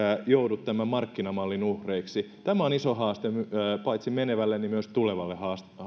joudu tämän markkinamallin uhreiksi tämä on iso haaste paitsi menevälle niin myös tulevalle